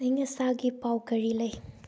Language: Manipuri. ꯑꯌꯤꯡ ꯑꯁꯥꯒꯤ ꯄꯥꯎ ꯀꯔꯤ ꯂꯩ